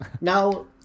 now